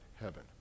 heaven